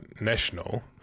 National